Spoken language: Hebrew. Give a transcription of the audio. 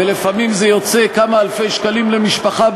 ולפעמים זה יוצא כמה אלפי שקלים למשפחה,